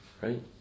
Right